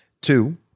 Two